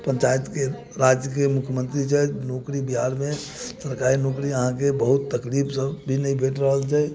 पञ्चायतके राज्यके मुख्यमंत्री छथि नौकरी बिहारमे सरकारी नौकरी अहाँके बहुत तकलीफसँ भी नहि भेट रहल छै